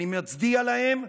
אני מצדיע להם,